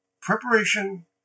preparation